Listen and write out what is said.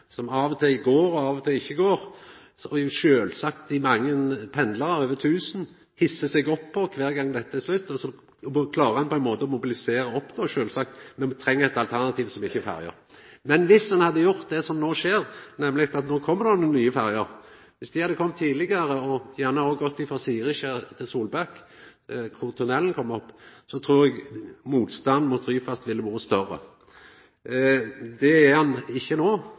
som av og til går, og som av og til ikkje går. Sjølvsagt hissar dei mange pendlarane – over tusen – seg opp over dette kvar gong, og så klarar ein sjølvsagt å mobilisera når ein treng eit alternativ som ikkje er ferja. Dersom ein hadde gjort det som no skjer, nemleg at det kjem nokre nye ferjer, men at dei hadde kome tidlegare og gjerne òg hadde gått frå Siriskjær til Solbakk, der tunnelen kjem opp, trur eg motstanden mot Ryfast ville vore større. Det er han ikkje no,